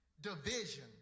Division